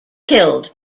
killed